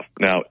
Now